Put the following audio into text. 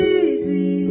easy